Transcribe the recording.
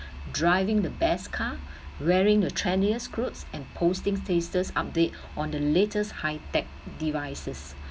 driving the best car wearing the trendiest skirt and posting status update on the latest high tech devices